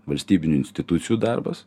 valstybinių institucijų darbas